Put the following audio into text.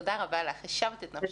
תודה רבה לך, השבת את נפשי.